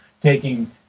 taking